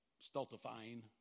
stultifying